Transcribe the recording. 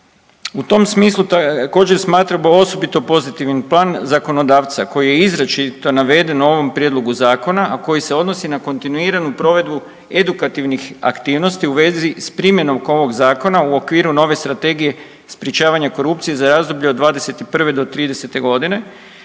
U tom smislu također smatramo osobito pozitivnim plan zakonodavca koji je izričito naveden u ovom prijedlogu zakona, a koji se odnosi na kontinuiranu provedbu edukativnih aktivnosti u vezi s primjenom oko ovog zakona u okviru nove Strategije sprječavanje korupcije za razdoblje od '21. do '30.g.